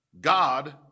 God